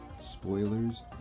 Spoilers